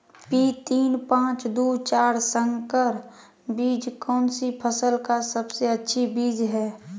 P तीन पांच दू चार संकर बीज कौन सी फसल का सबसे अच्छी बीज है?